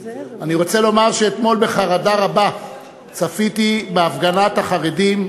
אני רוצה לומר שאתמול צפיתי בחרדה רבה בהפגנת החרדים,